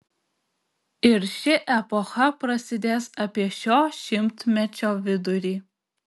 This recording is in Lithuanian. ir ši epocha prasidės apie šio šimtmečio vidurį